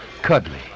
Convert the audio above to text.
Cuddly